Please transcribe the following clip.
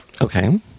Okay